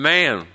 Man